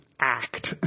act